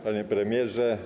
Panie Premierze!